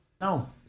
No